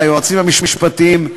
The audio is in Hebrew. ליועצים המשפטיים,